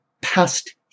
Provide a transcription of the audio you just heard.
past